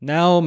Now